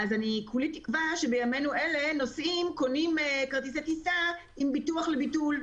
אני כולי תקווה שבימינו אלה נוסעים קונים כרטיסי טיסה עם ביטוח לביטול.